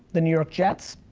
the new york jets.